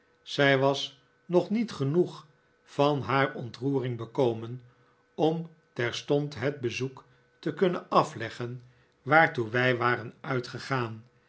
zij was nog niet genoeg van haar ontroering bekomen om terstond het bezoek te kunnen afleggen waartoe wij waren uitgegaan